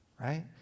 right